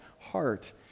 heart